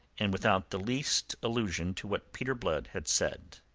and without the least allusion to what peter blood had said.